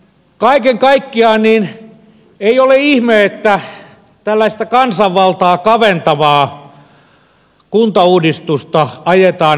kaiken kaikkiaan ei ole ihme että tällaista kansanvaltaa kaventavaa kuntauudistusta ajetaan härkäpäisesti